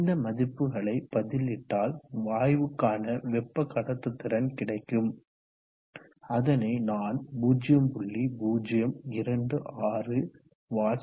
இந்த மதிப்புகளை பதிலிட்டால் வாயுக்கான வெப்ப கடத்துத்திறன் கிடைக்கும் அதனை நான் 0